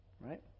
right